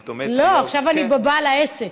לא, עכשיו אני בבעל העסק.